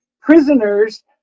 prisoners